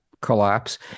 collapse